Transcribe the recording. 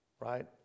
right